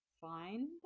find